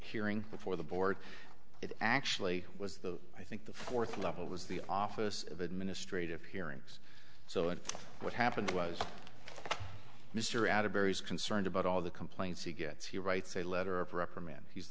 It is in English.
hearing before the board it actually was the i think the fourth level was the office of administrative hearings so what happened was mr adam barry's concerned about all the complaints he gets he writes a letter of reprimand he's